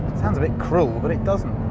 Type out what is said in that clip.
it sounds a bit cruel, but it doesn't.